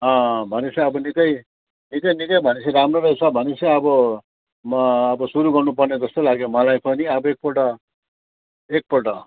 अँ भनेपछि अब निकै निकै निकै भनेपछि राम्रो रहेछ भनेपछि अब म अब सुरु गर्नपर्ने जस्तो लाग्यो मलाई पनि अब एकपल्ट एकपल्ट